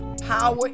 Power